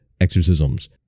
exorcisms